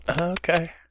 Okay